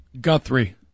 Guthrie